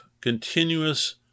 continuous